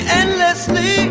endlessly